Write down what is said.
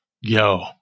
Yo